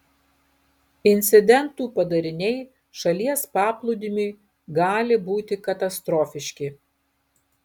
incidentų padariniai šalies paplūdimiui gali būti katastrofiški